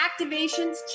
activations